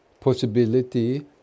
possibility